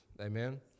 Amen